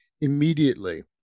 immediately